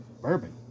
bourbon